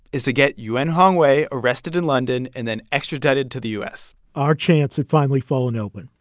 is to get yuan hongwei arrested in london and then extradited to the u s our chance had finally fallen open,